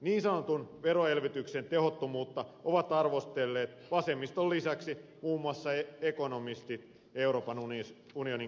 niin sanotun veroelvytyksen tehottomuutta ovat arvostelleet vasemmiston lisäksi muun muassa ekonomistit ja euroopan unionin komissio